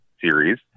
series